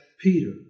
Peter